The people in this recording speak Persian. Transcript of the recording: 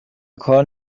کار